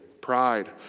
pride